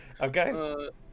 Okay